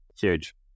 huge